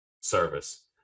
service